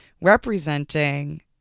representing